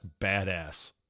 badass